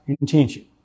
intention